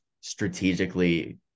strategically